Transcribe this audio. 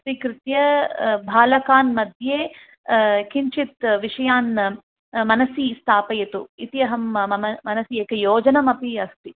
स्वीकृत्य बालकान् मध्ये किञ्चित् विषयान् मनसि स्थापयतु इति अहं मम मनसि एक योजनमपि अस्ति